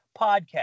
Podcast